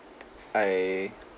I